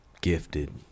gifted